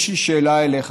יש לי שאלה אליך,